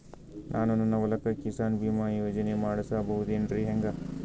ನಾನು ನನ್ನ ಹೊಲಕ್ಕ ಕಿಸಾನ್ ಬೀಮಾ ಯೋಜನೆ ಮಾಡಸ ಬಹುದೇನರಿ ಹೆಂಗ?